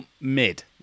mid